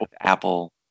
Apple